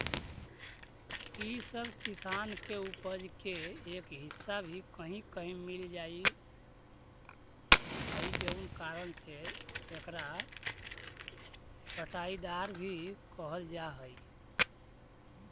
इ सब किसान के उपज के एक हिस्सा भी कहीं कहीं मिलऽ हइ जउन कारण से एकरा बँटाईदार भी कहल जा हइ